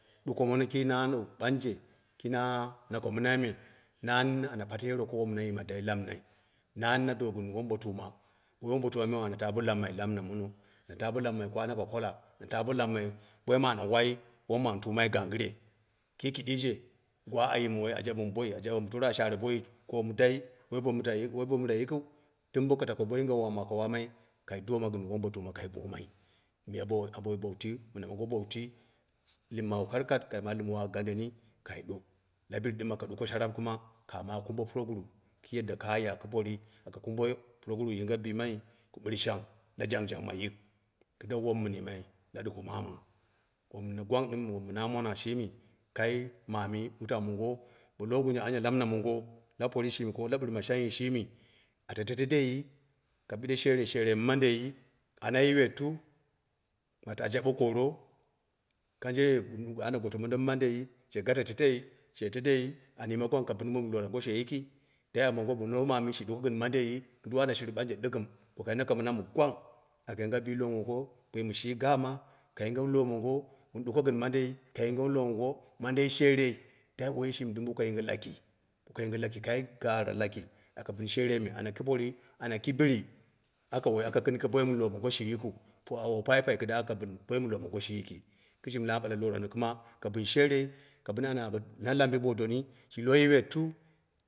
Ɓangje kii na noko minai me nuni ana pate yero ko dai wom na yima lamnai nan na do gɨn wombotuma, bo wombotumai nani ana taa bo lammai da mina mono, ana ta bo lamma yi ana ko kalla, an ta bo lammai wom amu tumai gangɨre. Kii kidiije, gwa a yimu woi a jaɓɨmo toro, a share boiji kaamo dai woi bo mira yiki'u dimbo ko taku bo yinge wom aka wamai kai doma gɨn wombotuma kai ɓomai miya, bo wu tui, bo ambo mong o bawu tui lɨmmawu kar kat kaima lɨmwo a gandeni kai labiri kum aka ɗuko sha raap kuma kama kumbo puroguru kii yanda yi puroguru dai ɓiyema ku birshang dai la jgnjang ma yik kɨda wom min yimai la duko mamu. Wom gwangenɨ na mona ɗɨm shimi kai mami wutau mongo, bo lowo gunjo ana lammɨna mongo ko la a porii shimi ko la biri ma shimi a tato tan dei? Ka bɨde sherei sher eri mandeu? Ana yiwettu ma ta jaɓe koro kangre ana ko goto mondo mɨ mande she gato tondei? An ɗɨm gwang ka bin boi in lorago shė yiki dai any lowo mami shi ɗuko gɨn mandei? Ana shirė ɓangje ɗɨgɨm, bo kai nako mina mɨ gwanga aka yinge bii lowo mongo boim shi gaama wun ɗuko gɨn mandei, lowo mongo mande sherei, woyi shimi ɗim boka yinge laki bo ka yinge laki kai gara laki aka bin sherianni ana ki porii ana ki bɨri, aka kɨnke boim lowo mongo shi yikiu, bo awowo paipai waka bin boln lowo mopngo shi yiki, ishi mi na ɓalla bo lowo rango ka bin sherei ka bin na lambe boa doni, shi lowo yiweltu.